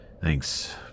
thanks